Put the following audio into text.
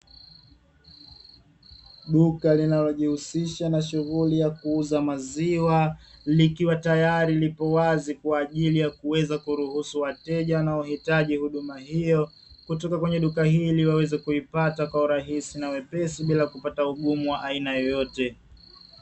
Duka linalijihusisha na shughuli ya kuuza maziwa, likiwa tayari, liko wazi kwa ajili ya kuweza kuruhusu wateja wanaohitaji huduma hiyo kutoka kwenye duka hili, waweze kuipata kwa urahisi na wepesi, bila kupata ugumu wa aina yoyote.